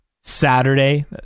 Saturday